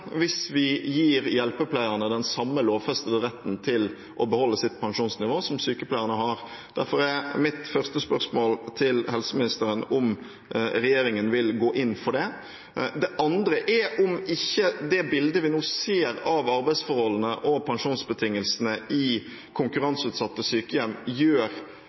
hvis vi gir hjelpepleierne den samme lovfestede retten til å beholde sitt pensjonsnivå som den sykepleierne har. Derfor er mitt første spørsmål til helseministeren om regjeringen vil gå inn for det. Det andre spørsmålet er om ikke det bildet vi nå ser av arbeidsforholdene og pensjonsbetingelsene i konkurranseutsatte sykehjem, gjør